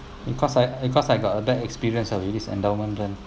because I because I got a bad experience ah with this endowment plan